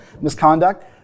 misconduct